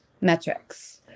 metrics